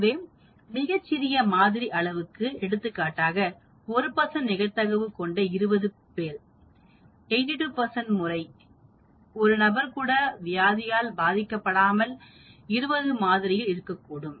எனவே மிகச் சிறிய மாதிரி அளவுக்கு எடுத்துக்காட்டாக 1 நிகழ்தகவு கொண்ட 20 பேர் 82 முறை ஒரு நபர் கூட வியாதியால் பாதிக்க படாமல் 20 மாதிரியில் இருக்கக்கூடும்